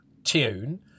Tune